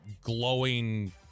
glowing –